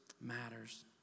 matters